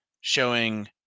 showing